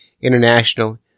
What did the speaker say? International